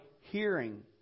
hearing